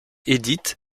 édite